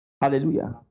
Hallelujah